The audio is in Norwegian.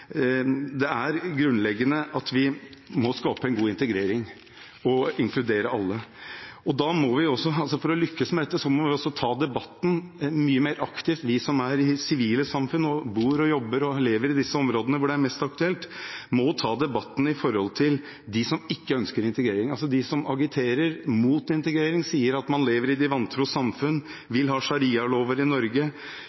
Det er grunnleggende at vi må skape en god integrering og inkludere alle. For å lykkes med dette må også vi ta debatten mye mer aktivt, vi som er i det sivile samfunn og bor og jobber og lever i disse områdene hvor det er mest aktuelt – i forhold til dem som ikke ønsker integrering, altså de som agiterer mot integrering, som sier at man lever i de vantros samfunn, som vil ha sharialover i Norge,